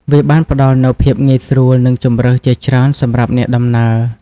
វាបានផ្ដល់នូវភាពងាយស្រួល និងជម្រើសជាច្រើនសម្រាប់អ្នកដំណើរ។